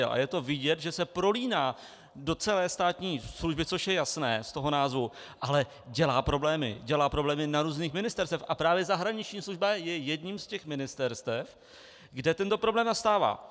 A je to vidět, že se prolíná do celé státní služby, což je jasné z toho názvu, ale dělá problémy na různých ministerstvech, a právě zahraniční služba je jedním z ministerstev, kde tento problém nastává.